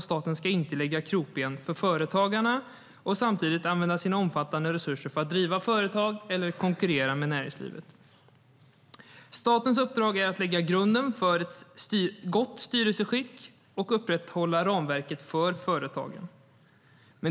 Staten ska inte lägga krokben för företagarna och samtidigt använda sina omfattande resurser för att driva företag och konkurrera med näringslivet. Statens uppdrag är att lägga grunden för ett gott styrelseskick och upprätthålla ramverket för företagandet.